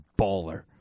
baller